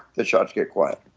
the shots get quiet,